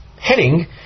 heading